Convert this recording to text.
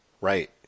Right